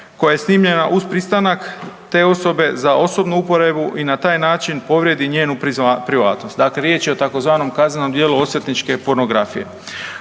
koja je snimljena uz pristanak te osobe za osobnu uporabu i na taj način povrijedi njenu privatnost. Dakle riječ je o tzv. kaznenom djelu osvetničke pornografije.